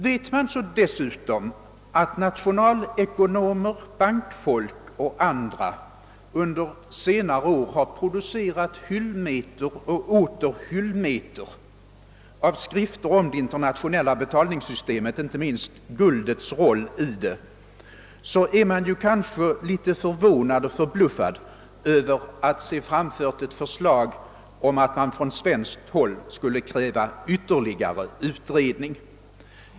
Vet man dessutom att nationalekonomer, bankfolk och andra under senare år har producerat hyllmeter och åter hyllmeter av skrifter om det internationella betalningssystemet och inte minst om guldets roll i detta, blir man kanske litet förbluffad över att förslag läggs fram om att man från svenskt håll skulle kräva ytterligare utredning.